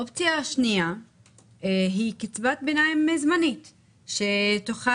אופציה שנייה היא קצבת ביניים זמנית שתוכל